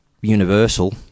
Universal